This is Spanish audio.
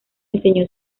enseñó